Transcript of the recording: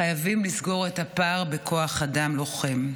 חייבים לסגור את הפער בכוח אדם לוחם.